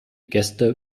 gäste